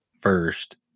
first